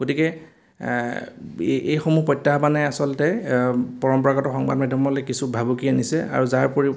গতিকে এই এইসমূহ প্ৰত্যাহ্বানে আচলতে পৰম্পৰাগত সংবাদ মাধ্যমলৈ কিছু ভাবুকি আনিছে আৰু যাৰ পৰি